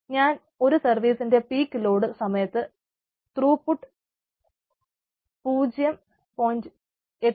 ഞാൻ ഒരു സർവറിന്റെ പീക്ക് ലോഡ് സമയത്ത് ത്രൂ പുട്ട് 0